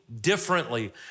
differently